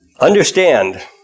Understand